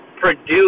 produce